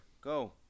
Go